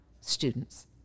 students